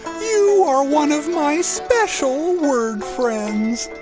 you are one of my special word friends.